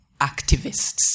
activists